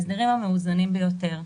ההסדרים המאוזנים ביותר.